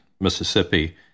Mississippi